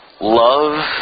love